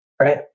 right